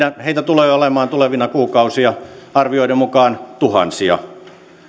heitä tulee olemaan tulevina kuukausina arvioiden mukaan tuhansia